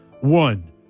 One